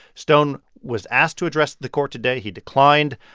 stone was asked to address the court today. he declined.